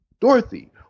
dorothy